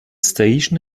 station